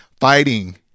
fighting